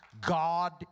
God